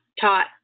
taught